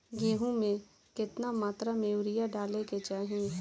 गेहूँ में केतना मात्रा में यूरिया डाले के चाही?